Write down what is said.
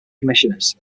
commissioners